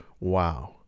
Wow